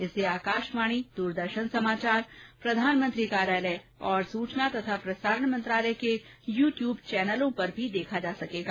इसे आकाशवाणी दरदर्शन समाचार प्रधानमंत्री कार्यालय और सचना और प्रसारण मंत्रालय के य टयुब चैनलों पर भी देखा जा सकेगा